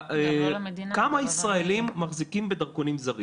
כמה ישראלים מחזיקים בדרכונים זרים?